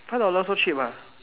five dollar so cheap ah